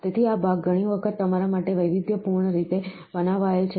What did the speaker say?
તેથી આ ભાગ ઘણી વખત તમારા માટે વૈવિધ્યપૂર્ણ રીતે બનાવાયેલ છે